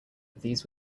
these